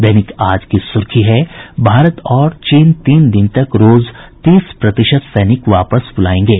दैनिक आज की सुर्खी है भारत और चीन तीन दिन तक रोज तीस प्रतिशत सैनिक वापस बुलायेंगे